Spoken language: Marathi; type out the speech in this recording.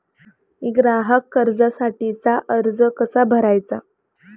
ग्राहक कर्जासाठीचा अर्ज कसा भरायचा?